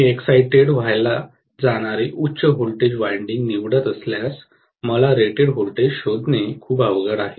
मी excited व्हायला जाणारे उच्च व्होल्टेज वायंडिंग निवडत असल्यास मला रेटेड व्होल्टेज शोधणे खूप अवघड आहे